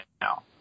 now